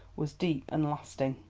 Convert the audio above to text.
was deep and lasting.